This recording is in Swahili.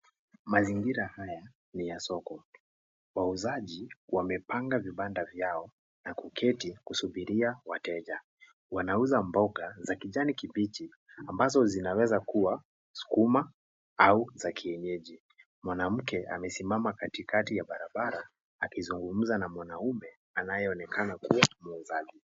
Mazingira haya ni ya soko. Wauzaji wamepanga vibanda vyao na kuketi kusubiria wateja. Wanauza mboga za kijani kibichi ambazo zinaweza kuwa sukuma au za kienyeji. Mwanamke amesimama Katikati ya barabara akizungumza na mwanaume anayeonekana kuwa mwuuzaji.